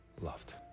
loved